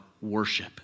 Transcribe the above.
worship